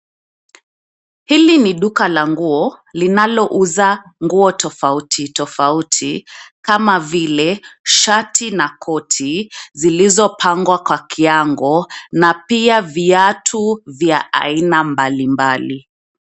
Hili ni duka la nguo linalouza nguo tofauti tofauti kama vile shati na koti zilizopangwa kwa kiango na pia viatu vya aina mbali mbali.